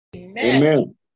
Amen